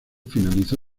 finalizó